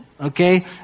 okay